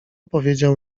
powiedział